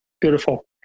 beautiful